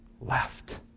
left